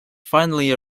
finally